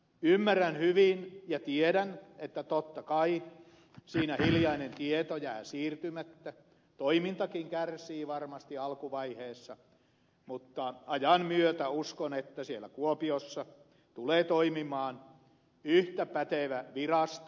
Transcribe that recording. ymmärrän hyvin ja tiedän että totta kai siinä hiljainen tieto jää siirtymättä toimintakin kärsii varmasti alkuvaiheessa mutta ajan myötä uskon siellä kuopiossa tulee toimimaan yhtä pätevä virasto